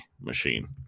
machine